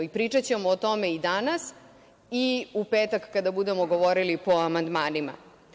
Pričaćemo o tome danas i u petak, kada budemo govorili po amandmanima.